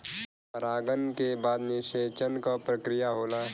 परागन के बाद निषेचन क प्रक्रिया होला